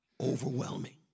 overwhelming